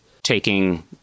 taking